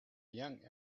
young